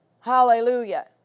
Hallelujah